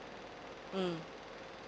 mm